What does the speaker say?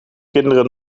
kinderen